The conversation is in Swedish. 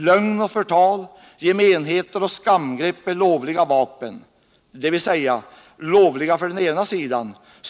Lögn och förtal, gemenheter och skamgrepp är lovliga vapen, dvs. lovliga för den ena sidan.